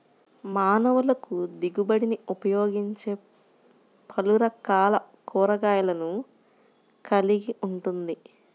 మానవులకుదిగుబడినిఉపయోగించేపలురకాల కూరగాయలను కలిగి ఉంటుంది